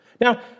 Now